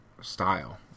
style